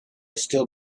still